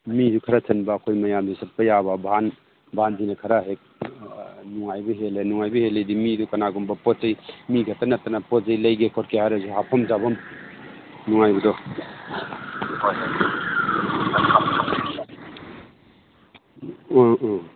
ꯃꯤꯁꯨ ꯈꯔ ꯆꯟꯕ ꯑꯩꯈꯣꯏ ꯃꯌꯥꯝꯁꯨ ꯆꯠꯄ ꯌꯥꯕ ꯚꯥꯟ ꯚꯥꯟꯁꯤꯅ ꯈꯔ ꯍꯦꯛ ꯅꯨꯡꯉꯥꯏꯕ ꯍꯦꯜꯂꯦ ꯅꯨꯡꯉꯥꯏꯕ ꯍꯦꯜꯂꯦꯗꯤ ꯃꯤꯗꯣ ꯀꯅꯥꯒꯨꯝꯕ ꯄꯣꯠ ꯆꯩ ꯃꯤꯈꯛꯇ ꯅꯠꯇꯅ ꯄꯣꯠ ꯆꯩ ꯂꯩꯒꯦ ꯈꯣꯠꯀꯦ ꯍꯥꯏꯔꯁꯨ ꯍꯥꯞꯐꯝ ꯆꯥꯐꯝ ꯅꯨꯡꯉꯥꯏꯕꯗꯣ ꯎꯝ ꯎꯝ